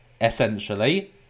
essentially